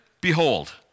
behold